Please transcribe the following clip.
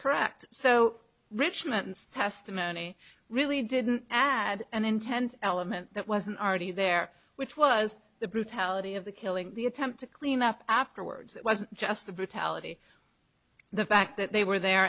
correct so richmond's testimony really didn't add an intent element that wasn't already there which was the brutality of the killing the attempt to clean up afterwards was just the brutality the fact that they were there